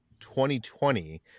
2020